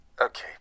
okay